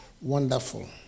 Wonderful